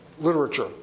literature